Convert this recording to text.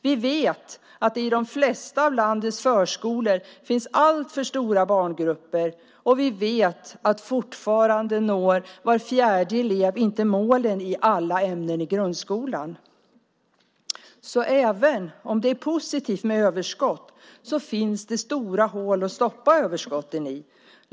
Vi vet att det i de flesta av landets förskolor finns alltför stora barngrupper, och vi vet att fortfarande når var fjärde elev inte målen i alla ämnen i grundskolan. Även om det är positivt med överskott finns det stora hål att stoppa överskotten i.